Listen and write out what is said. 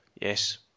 Yes